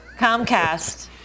Comcast